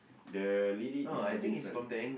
the lady is a bit front